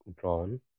drawn